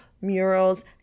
murals